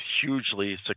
hugely